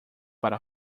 para